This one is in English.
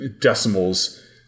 Decimals